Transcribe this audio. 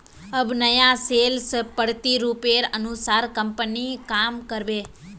अब नया सेल्स प्रतिरूपेर अनुसार कंपनी काम कर बे